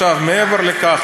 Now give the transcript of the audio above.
מעבר לכך,